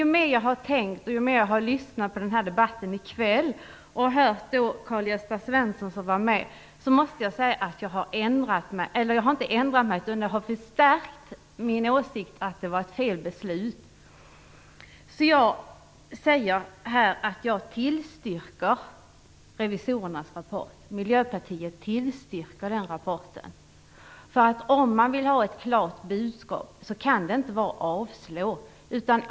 Ju mer jag har tänkt och ju mer jag har lyssnat på den här debatten i kväll, framför allt på Karl-Gösta Svenson som var med och arbetade med detta, desto mer har det förstärkt min åsikt att beslutet var fel. Jag vill därför här säga att Miljöpartiet tillstyrker rapporten. Om man vill ha ut ett klart budskap kan man inte avslå detta.